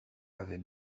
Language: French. avait